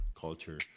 culture